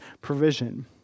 provision